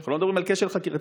אנחנו לא מדברים על כשל חקירתי.